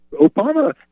Obama